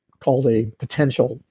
called a potential.